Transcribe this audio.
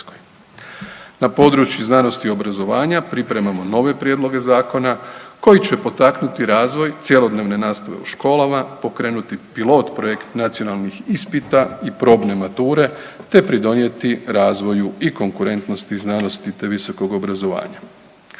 Na području znanosti i obrazovanja pripremamo nove prijedloge zakona koji će potaknuti razvoj cjelodnevne nastave u školama, pokrenuti pilot projekt nacionalnih ispita i probne mature, te pridonijeti razvoju i konkurentnosti znanosti, te visokog obrazovanja.